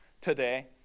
today